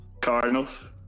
Cardinals